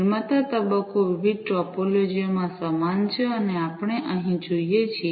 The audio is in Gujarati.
નિર્માતા તબક્કો વિવિધ ટોપોલોજીઓ માં સમાન છે અને આપણે અહીં જોઈએ છીએ